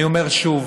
אני אומר שוב: